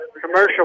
commercial